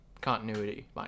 continuity